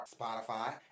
Spotify